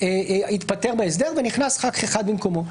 הוא התפטר בהסדר ונכנס חבר כנסת אחד במקומו,